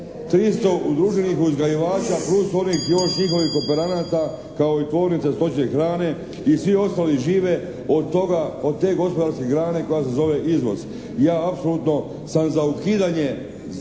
300 udruženih uzgajivača plus onih još njihovih kooperanata kao i tvornice stočje hrane i svi ostali žive od toga, od te gospodarske grane koja se zove izvoz. Ja apsolutno sam za ukidanje zabrane